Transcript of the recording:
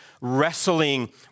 wrestling